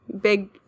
big